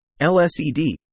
LSED